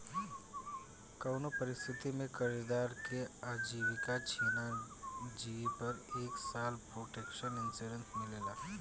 कउनो परिस्थिति में कर्जदार के आजीविका छिना जिए पर एक साल प्रोटक्शन इंश्योरेंस मिलेला